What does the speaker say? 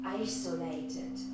isolated